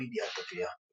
ללא ידיעת אביה,